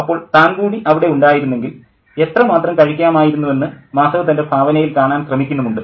അപ്പോൾ താൻ കൂടി അവിടെ ഉണ്ടായിരുന്നെങ്കിൽ എത്രമാത്രം കഴിക്കുമായിരുന്നുവെന്ന് മാധവ് തൻ്റെ ഭാവനയിൽ കാണാൻ ശ്രമിക്കുന്നുമുണ്ട്